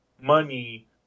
money